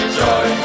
joy